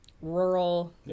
rural